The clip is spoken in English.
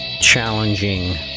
challenging